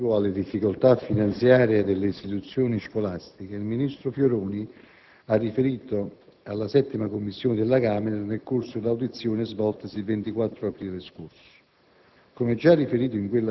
sull'argomento relativo alle difficoltà finanziarie delle istituzioni scolastiche il ministro Fioroni ha riferito alla settima Commissione della Camera nel corso dell'audizione svoltasi il 24 aprile scorso.